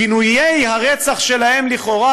גינויי הרצח שלהם לכאורה,